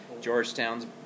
Georgetown's